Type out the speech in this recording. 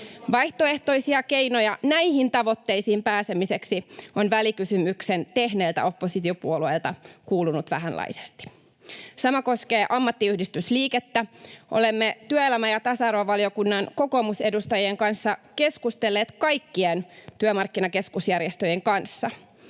Vaihtoehtoisia keinoja näihin tavoitteisiin pääsemiseksi on välikysymyksen tehneiltä oppositiopuolueilta kuulunut vähänlaisesti. Sama koskee ammattiyhdistysliikettä. Olemme työelämä- ja tasa-arvovaliokunnan kokoomusedustajien kanssa keskustelleet kaikkien työmarkkinakeskusjärjestöjen kanssa.